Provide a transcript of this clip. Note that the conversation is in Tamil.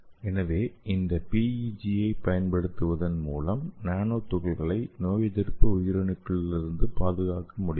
எனவே இந்த PEG ஐப் பயன்படுத்துவதன் மூலம் நானோ துகள்களை நோயெதிர்ப்பு உயிரணுக்களிலிருந்து பாதுகாக்க முடியும்